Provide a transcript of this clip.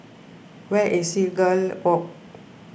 where is Seagull Walk